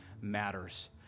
matters